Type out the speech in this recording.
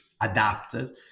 adapted